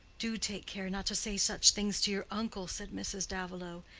do take care not to say such things to your uncle, said mrs. davilow.